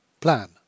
Plan